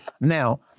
Now